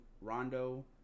Rondo